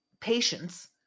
patience